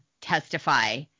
testify